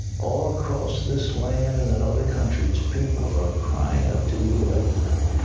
all across this land and in other countries. people are crying out to you right now.